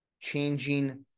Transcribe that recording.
Changing